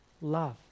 love